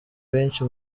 benshi